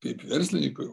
kaip verslininkui